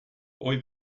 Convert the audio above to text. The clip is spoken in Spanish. hoy